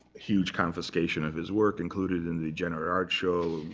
huge confiscation of his work included in the degenerate art show,